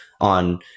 on